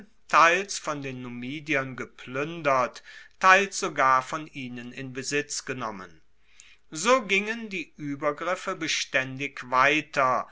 teils von den numidiern gepluendert teils sogar von ihnen in besitz genommen so gingen die uebergriffe bestaendig weiter